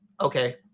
Okay